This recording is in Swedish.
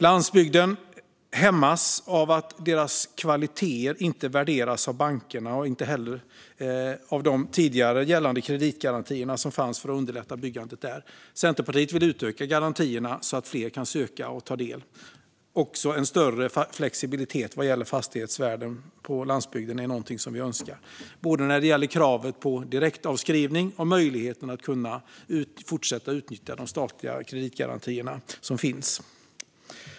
Landsbygden hämmas av att dess kvaliteter inte värderas av bankerna och inte heller av de tidigare gällande kreditgarantierna som fanns för att underlätta byggandet där. Centerpartiet vill utöka garantierna så att fler kan söka och ta del av dem. Vi önskar även en större flexibilitet vad gäller fastighetsvärden på landsbygden, både när det gäller kravet på direktavskrivning och möjligheten att fortsätta att utnyttja de statliga kreditgarantier som finns.